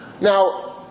now